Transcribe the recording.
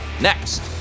next